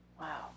Wow